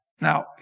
Now